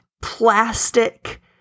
plastic